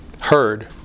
heard